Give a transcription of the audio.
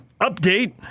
update